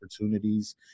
opportunities